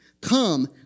Come